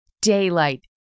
daylight